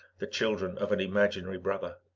the children of an imaginary brother.